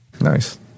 Nice